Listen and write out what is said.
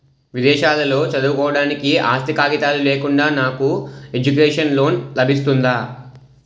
విదేశాలలో చదువుకోవడానికి ఆస్తి కాగితాలు లేకుండా నాకు ఎడ్యుకేషన్ లోన్ లబిస్తుందా?